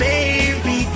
Baby